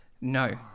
No